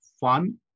fun